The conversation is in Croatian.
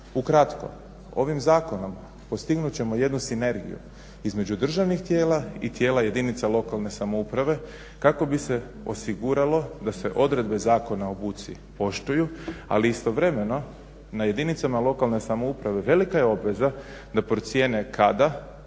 Ukratko ovim zakonom postignut ćemo jednu sinergiju između državnih tijela i tijela jedinica lokalne samouprave kako bi se osiguralo da se odredbe Zakona o buci poštuju ali istovremeno na jedinicama lokalne samouprave velika je obveza da procijene kada,